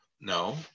No